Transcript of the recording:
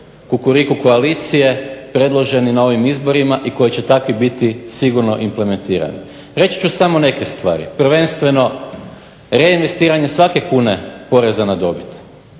kukuriku koalicije predloženi na ovim izborima i koji će takvi biti sigurno implementirani. Reći ću samo neke stvari. Prvenstveno, reinvestiranje svake kune poreza na dobit.